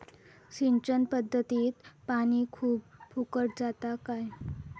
सिंचन पध्दतीत पानी खूप फुकट जाता काय?